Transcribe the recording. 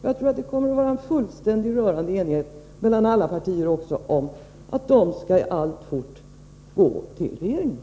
Jag tror att det kommer att råda en rörande enighet mellan alla partier om att de alltfort skall gå till regeringen.